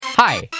Hi